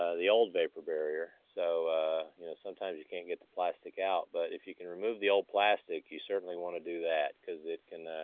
ah the old vapor barrier. so you know sometimes you can't get the plastic out, but if you can remove the old plastic, you certainly want to do that cause it can